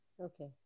Okay